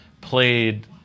played